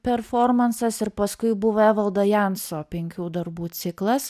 performansas ir paskui buvo evaldo janso penkių darbų ciklas